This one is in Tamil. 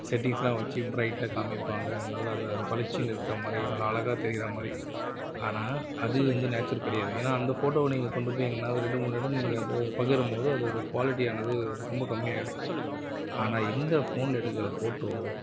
செட்டிங்யெஸ்லாம் வச்சு ப்ரைட்டாக காமிப்பாங்க நல்லா பளிச்சுனு இருக்க மாதிரி நல்லா அழகாக தெரிகிற மாதிரி ஆனால் அது வந்து நேச்சுரல் கிடையாது ஏன்னால் அந்த ஃபோட்டோவை நீங்கள் கொண்டு போய் எங்கேனாவது ரெண்டு மூணு இடம் நீங்கள் பகிரும்போது அதோட க்வாலிட்டியானது ரொம்ப கம்மியாகிடும் ஆனால் இந்த ஃபோன் எடுக்கிற ஃபோட்டோ